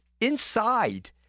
inside